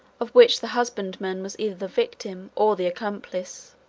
of which the husbandman was either the victim or the accomplice,